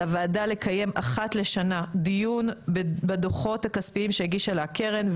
על הוועדה לקיים אחת לשנה דיון בדו"חות הכספיים שהגישה לה הקרן,